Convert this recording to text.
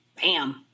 Bam